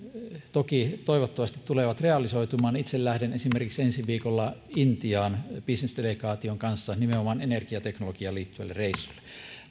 toki toivottavasti tulevat realisoitumaan itse lähden esimerkiksi ensi viikolla intiaan bisnesdelegaation kanssa nimenomaan energiateknologiaan liittyvälle reissulle